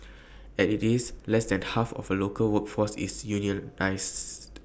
as IT is less than half of the local workforce is unionised